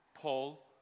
Paul